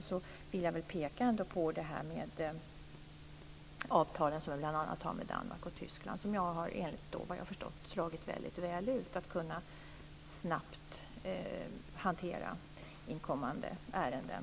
Jag vill ändå peka på de avtal som vi bl.a. har med Danmark och Tyskland. Enligt vad jag har förstått har de slagit väldigt väl ut när det gäller att snabbt kunna hantera inkommande ärenden.